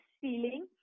feeling